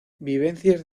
vivencias